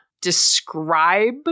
describe